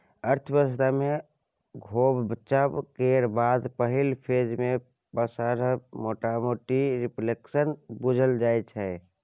अर्थव्यवस्था मे घोकचब केर बाद पहिल फेज मे पसरब मोटामोटी रिफ्लेशन बुझल जाइ छै